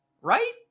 Right